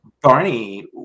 Barney